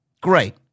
Great